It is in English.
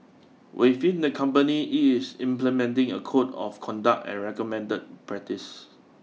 within the company it's implementing a code of conduct and recommend practice